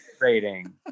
rating